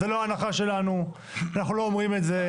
זה לא ההנחה שלנו, אנחנו לא אומרים את זה.